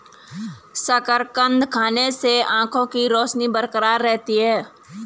शकरकंद खाने से आंखों के रोशनी बरकरार रहती है